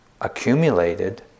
accumulated